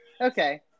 okay